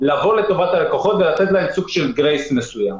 לבוא לטובת הלקוחות ולתת להם סוג של גרייס מסוים,